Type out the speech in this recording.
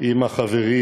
עם החברים